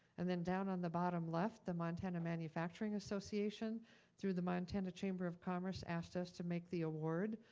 and then down on the bottom left, the montana manufacturing association through the montana chamber of commerce asked us to make the award.